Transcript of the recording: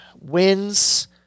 wins